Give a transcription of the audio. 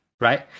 right